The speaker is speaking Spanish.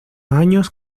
años